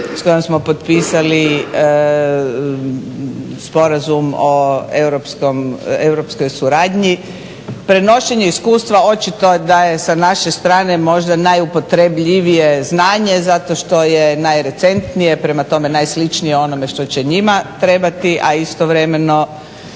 s kojom smo potpisali Sporazum o europskoj suradnji. Prenošenje iskustva očito da je sa naše strane možda najupotrebljivije znanje zato što je najrecentnije, prema tome najsličnije onome što će njima trebati, a istovremeno